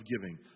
giving